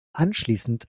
anschließend